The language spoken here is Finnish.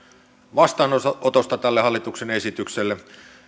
vastaanotosta tälle hallituksen esitykselle minulla on